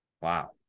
wow